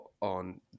on